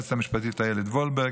היועצת המשפטית איילת וולברג,